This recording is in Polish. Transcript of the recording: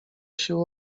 siły